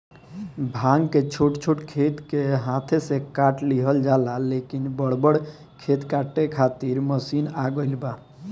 भांग के छोट छोट खेत के हाथे से काट लिहल जाला, लेकिन बड़ बड़ खेत काटे खातिर मशीन आ गईल बा